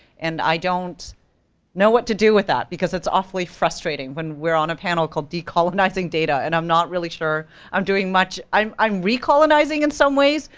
and i don't know what to do with that, because it's awfully frustrating, when we're on a panel called decolonizing data, and i'm not really sure i'm doing much, i'm i'm recolonizing in some ways,